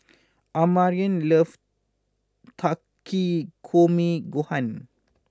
Amarion loves Takikomi Gohan